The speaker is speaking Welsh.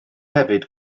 hefyd